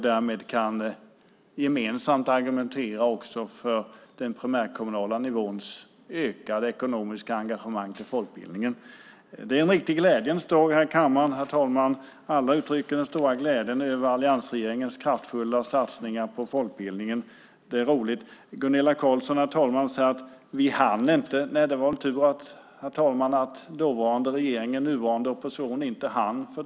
Därmed kan vi gemensamt argumentera också för den primärkommunala nivåns ökade ekonomiska engagemang för folkbildningen. Det är en riktig glädjens dag här i kammaren, herr talman! Alla uttrycker den stora glädjen över alliansregeringens kraftfulla satsningar på folkbildningen. Det är roligt. Gunilla Carlsson säger: Vi hann inte. Nej, det var väl tur att dåvarande regering och nuvarande opposition inte hann, herr talman.